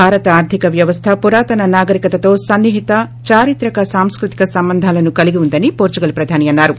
భారత ఆర్దిక వ్యవస్ల పురాతన నాగరికతతో సన్ని హిత దారిత్రక సాంస్కృతిక సంబంధాలను కలిగి ఉందని పోర్పుగల్ ప్రధాని అన్నారు